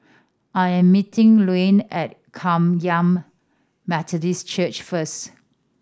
I am meeting Layne at Kum Yan Methodist Church first